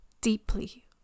deeply